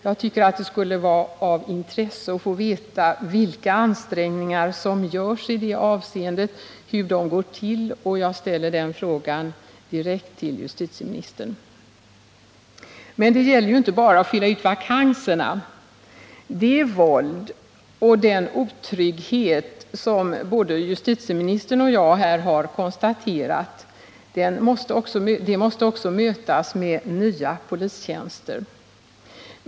Jag tycker det skulle vara av intresse att få veta vilka ansträningar som görs i det avseendet, hur det hela går till, och jag ställer denna fråga direkt till justitieministern. Men det gäller inte bara att fylla ut vakanserna. Det våld och den otrygghet som både justitieministern och jag här har konstaterat måste också mötas med nya polistjänster.